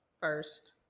first